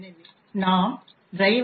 எனவே நாம் driver